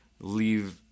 leave